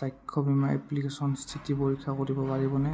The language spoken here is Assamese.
চাক্ষ্য বীমা এপ্লিকেশ্যন স্থিতি পৰীক্ষা কৰিব পাৰিবনে